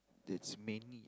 that's mainly